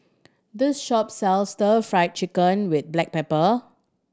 this shop sells Stir Fried Chicken with black pepper